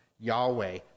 Yahweh